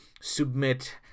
submit